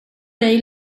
dig